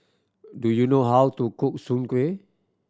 do you know how to cook Soon Kueh